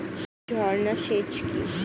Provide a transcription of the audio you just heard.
ঝর্না সেচ কি?